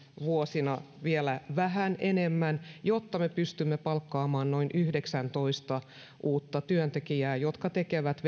vuosina vielä vähän enemmän jotta me pystymme palkkaamaan noin yhdeksäntoista uutta työntekijää jotka tekevät